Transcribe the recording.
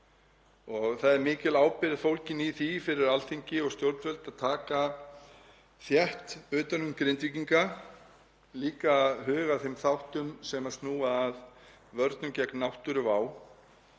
Það er mikil ábyrgð fólgin í því fyrir Alþingi og stjórnvöld að taka þétt utan um Grindvíkinga, líka að huga að þeim þáttum sem snúa að vörnum gegn náttúruvá.